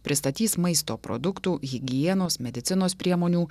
pristatys maisto produktų higienos medicinos priemonių